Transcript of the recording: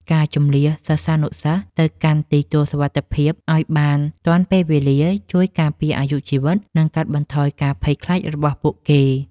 ការជម្លៀសសិស្សានុសិស្សទៅកាន់ទីទួលសុវត្ថិភាពឱ្យបានទាន់ពេលវេលា ជួយការពារអាយុជីវិត និង កាត់បន្ថយការភ័យខ្លាចរបស់ពួកគេ។